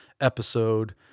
episode